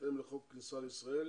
בהתאם לחוק הכניסה לישראל,